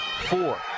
four